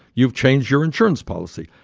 you've changed your insurance policy.